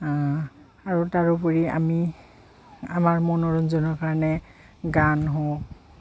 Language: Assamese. আৰু তাৰোপৰি আমি আমাৰ মনোৰঞ্জনৰ কাৰণে গান হওক